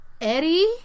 Eddie